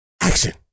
Action